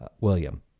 William